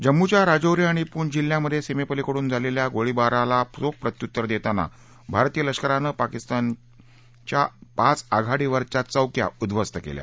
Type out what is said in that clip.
जम्मूच्या राजौरी आणि पूंछ जिल्ह्यांमध्ये सीमेपलिकडून झालेल्या गोळीबाराला चोख प्रत्युत्तर देताना भारतीय लष्करानं पाकिस्तानची पाच आघाडीवरच्या चौक्या उद्ध्वस्त केल्या